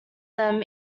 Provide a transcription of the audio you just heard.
them